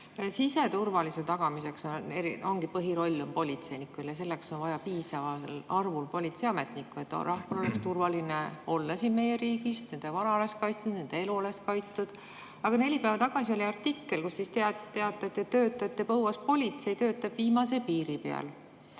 Siseturvalisuse tagamisel ongi põhiroll politseinikel ja selleks on vaja piisaval arvul politseiametnikke, et rahval oleks turvaline olla meie riigis, et nende vara oleks kaitstud, nende elu oleks kaitstud. Aga neli päeva tagasi oli artikkel, kus teatati, et töötajate põuas politsei töötab viimase piiri peal.